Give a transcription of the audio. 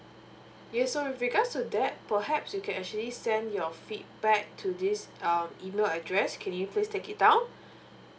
yes so with regards to that perhaps you can actually send your feedback to this um email address can you please take it down